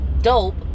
dope